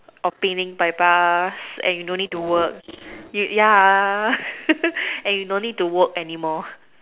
or Penang by bus and you don't need to work yeah and you no need to work anymore